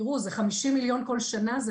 תראו זה חמישים מיליון ₪ כל שנה זה